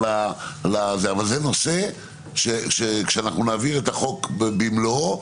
אבל זה נושא שכאשר נעביר את החוק במלואו,